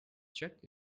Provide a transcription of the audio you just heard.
check